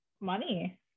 money